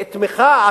התמיכה,